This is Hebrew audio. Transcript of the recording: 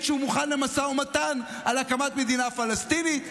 שהוא מוכן למשא ומתן על הקמת מדינה פלסטינית,